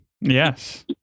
Yes